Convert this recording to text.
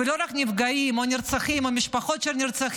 ולא רק נפגעים או נרצחים או משפחות של נרצחים,